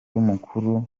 umukuru